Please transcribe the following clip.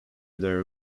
their